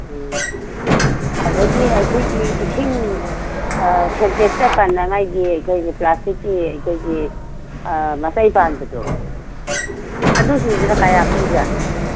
ꯎꯝ ꯑꯗꯒꯤ ꯑꯩꯈꯣꯏꯒꯤ ꯏꯁꯤꯡ ꯁꯦꯟꯇꯦꯛꯁꯇ ꯀꯟꯅꯕꯒꯤ ꯑꯩꯈꯣꯏꯒꯤ ꯄ꯭ꯂꯥꯁꯇꯤꯛꯀꯤ ꯑꯩꯈꯣꯏꯒꯤ ꯃꯆꯩ ꯄꯥꯟꯕꯗꯣ ꯑꯗꯨꯁꯤꯡꯗꯨꯅ ꯀꯌꯥ ꯄꯤꯕ ꯖꯥꯠꯅꯣ